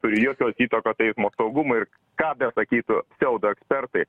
turi jokios įtakos eismo saugumui ir ką besakytų pseudoekspertai